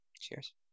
Cheers